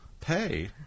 pay